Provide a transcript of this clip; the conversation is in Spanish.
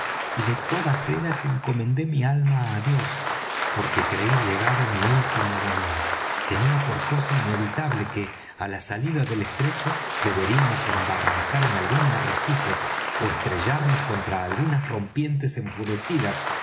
y de todas veras encomendé mi alma á dios porque creí llegado mi último momento tenía por cosa inevitable que á la salida del estrecho deberíamos embarrancar en algún arrecife ó estrellarnos contra algunas rompientes enfurecidas